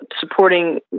supporting